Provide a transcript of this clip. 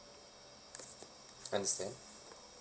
understand